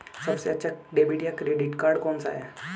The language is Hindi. सबसे अच्छा डेबिट या क्रेडिट कार्ड कौन सा है?